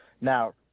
Now